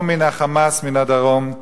או מן ה"חמאס" מן הדרום,